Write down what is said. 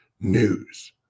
news